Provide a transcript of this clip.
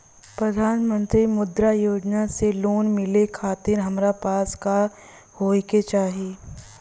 प्रधानमंत्री मुद्रा योजना से लोन मिलोए खातिर हमरा पास का होए के चाही?